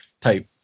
type